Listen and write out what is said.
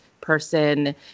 person